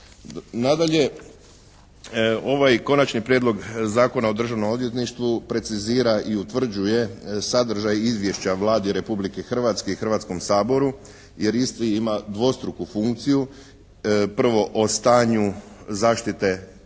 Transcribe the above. Nadalje ovaj Konačni prijedlog zakona o Državnom odvjetništvu precizira i utvrđuje sadržaj izvješća Vladi Republike Hrvatske i Hrvatskom saboru jer isti ima dvostruku funkciju. Prvo, o stanju zaštite, o